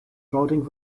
routing